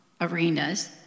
arenas